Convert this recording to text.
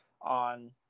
on